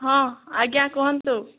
ହଁ ଆଜ୍ଞା କୁହନ୍ତୁ